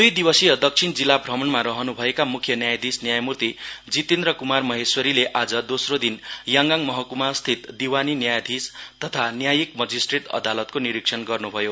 दुई दिवसीय दक्षिण जिल्ला भ्रमणमा रहनुभएका मुख्य न्यायाधिस न्यायमूर्ति जितेन्द्र कुमार महेश्वरीले आज दोस्रो दिन याङगाङ महकुमास्थित दिवासी न्यायाधिस तथा न्यायिक मजिस्ट्रेट् अदालतको निरीक्षण गर्नुभयो